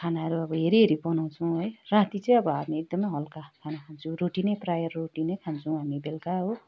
खानाहरू अब हेरी हेरी बनाउँछौँ है राति चाहिँ अब हामी एकदमै हलुका खाना खान्छौँ रोटी नै प्रायः रोटी नै खान्छौँ हामी बेलुका हो